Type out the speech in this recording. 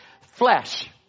flesh